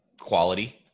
quality